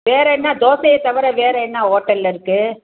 வேறு என்ன தோசையைத் தவிர வேறு என்ன ஹோட்டலில் இருக்குது